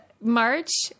march